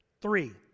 three